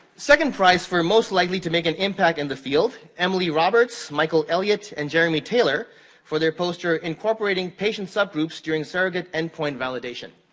second prize for most likely to make an impact in the field, emily roberts, michael elliott, and jeremy taylor for their poster, incorporating patient subgroups during surrogate endpoint validation.